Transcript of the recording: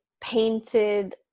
painted